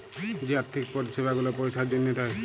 যে আথ্থিক পরিছেবা গুলা পইসার জ্যনহে দেয়